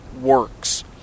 works